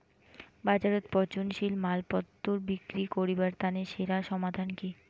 বাজারত পচনশীল মালপত্তর বিক্রি করিবার তানে সেরা সমাধান কি?